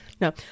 No